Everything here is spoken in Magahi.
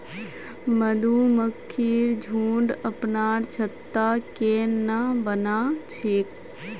मधुमक्खिर झुंड अपनार छत्ता केन न बना छेक